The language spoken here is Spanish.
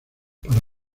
para